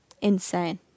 insane